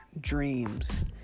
dreams